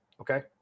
Okay